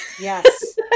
Yes